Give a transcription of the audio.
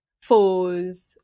foes